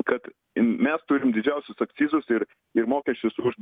kad mes turim didžiausius akcizus ir ir mokesčius už